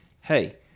hey